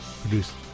Produced